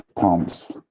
pumps